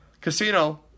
casino